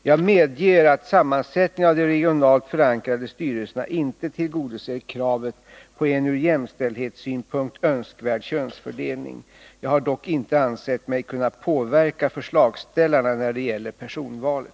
Jag medger att sammansättningen av de regionalt förankrade styrelserna inte tillgodoser kravet på en ur jämställdhetssynpunkt önskvärd könsfördelning. Jag har dock inte ansett mig kunna påverka förslagsställarna när det gäller personvalet.